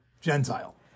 Gentile